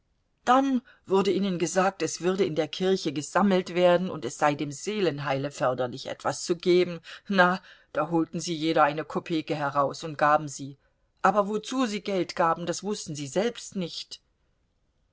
dann wurde ihnen gesagt es würde in der kirche gesammelt werden und es sei dem seelenheile förderlich etwas zu geben na da holten sie jeder eine kopeke heraus und gaben sie aber wozu sie geld gaben das wußten sie selbst nicht